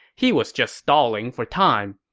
he was just stalling for time.